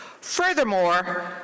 Furthermore